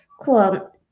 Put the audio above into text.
Cool